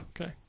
Okay